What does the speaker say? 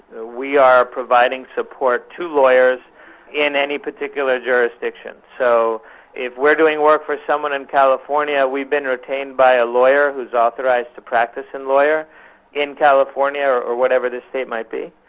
ah we are providing support to lawyers in any particular jurisdiction. so if we're doing work for someone in california we've been retained by a lawyer who's authorised to practise in law in california or whatever the state might be,